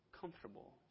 comfortable